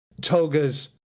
Toga's